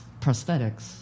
prosthetics